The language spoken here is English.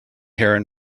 heron